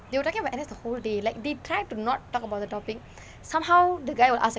they were talking about N_S the whole day like they try to not talk about the topic somehow the guy you ask